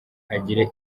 agire